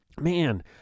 man